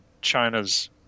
China's